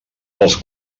dels